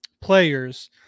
Players